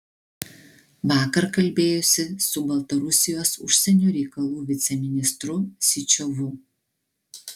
vakar kalbėjosi su baltarusijos užsienio reikalų viceministru syčiovu